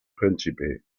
príncipe